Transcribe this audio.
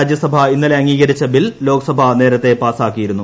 രാജ്യസഭ ഇന്നലെ അംഗീകരിച്ചു ബിൽ ലോക്സഭ നേരത്തേ പാസാക്കിയിരുന്നു